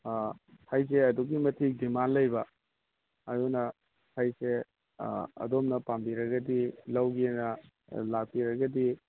ꯑꯥ ꯍꯩꯁꯦ ꯑꯗꯨꯛꯀꯤ ꯃꯇꯤꯛ ꯗꯤꯃꯥꯟ ꯂꯩꯕ ꯑꯗꯨꯅ ꯍꯩꯁꯦ ꯑꯥ ꯑꯗꯣꯝꯅ ꯄꯥꯝꯕꯤꯔꯒꯗꯤ ꯂꯧꯒꯦꯅ ꯂꯥꯛꯄꯤꯔꯒꯗꯤ